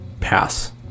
pass